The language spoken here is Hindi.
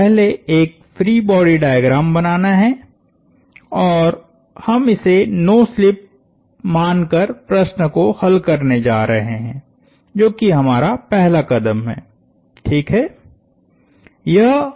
तो पहले एक फ्री बॉडी डायग्राम बनाना है और हम इसे नो स्लिप मान कर प्रश्न को हल करने जा रहे हैं जो कि हमारा पहला कदम है